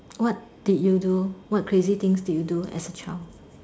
what did you what crazy things did you do as a child